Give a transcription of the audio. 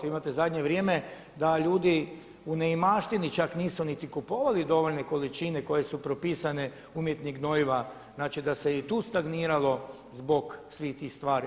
Vi imate u zadnje vrijeme da ljudi u neimaštini nisu čak niti kupovali dovoljne količine koje su propisane umjetnih gnojiva, znači da se je i tu stagniralo zbog svih tih stvari.